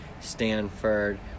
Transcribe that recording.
Stanford